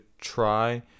try